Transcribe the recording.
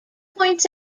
points